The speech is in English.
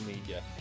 media